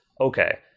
okay